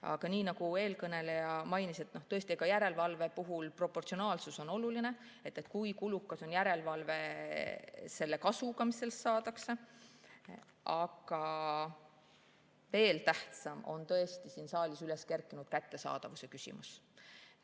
Aga nii nagu eelkõneleja mainis, tõesti, ka järelevalve puhul on oluline proportsionaalsus, see, kui kulukas on järelevalve võrreldes kasuga, mis sellest saadakse. Aga veel tähtsam on tõesti siin saalis üles kerkinud kättesaadavuse küsimus.